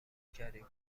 کردی